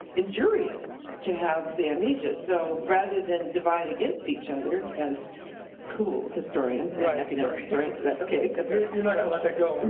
injurious to have the amnesia. so rather than divide against each other as cool historians and academic historians, that's okay you're not gonna let that go. and